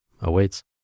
awaits